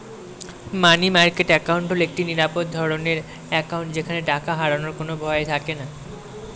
মানি market account হল একটি নিরাপদ ধরনের অ্যাকাউন্ট যেখানে টাকা হারানোর কোনো ভয় থাকেনা